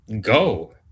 go